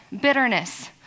bitterness